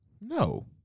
No